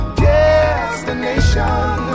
destination